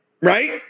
right